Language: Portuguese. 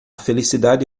felicidade